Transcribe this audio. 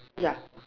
yeah